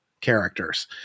characters